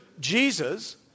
Jesus